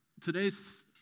today's